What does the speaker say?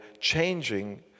changing